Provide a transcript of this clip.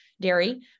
dairy